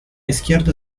izquierdo